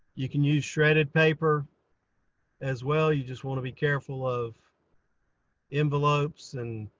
you can use shredded paper as well. you just want to be careful of envelopes and